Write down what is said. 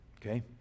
Okay